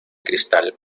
cristal